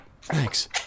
Thanks